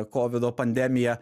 kovido pandemija